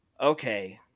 Okay